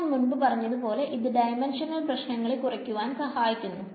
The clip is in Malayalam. ഞാൻ മുൻപ് പറഞ്ഞത് പോലെ ഇത് ഡൈമെൻഷണൽ പ്രശ്നങ്ങൾ കുറക്കുവാൻ സഹായിക്കുന്നു